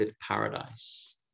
paradise